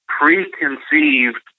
preconceived